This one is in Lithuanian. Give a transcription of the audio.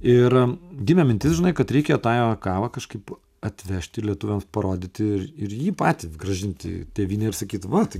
ir gimė mintis žinai kad reikia tą jo kavą kažkaip atvežti lietuviams parodyti ir ir jį patį grąžinti į tėvynę ir sakyt va tai